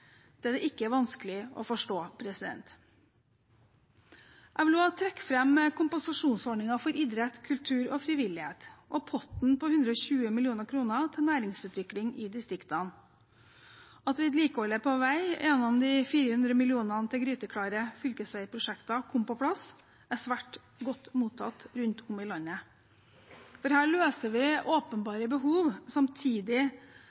det er det ikke vanskelig å forstå. Jeg vil også trekke fram kompensasjonsordningen for idrett, kultur og frivillighet – og potten på 120 mill. kr til næringsutvikling i distriktene. At vedlikeholdet på vei gjennom de 400 mill. kr til gryteklare fylkesveiprosjekter kom på plass, er svært godt mottatt rundt om i landet. Her løser vi